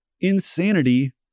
insanity